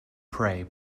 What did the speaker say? pray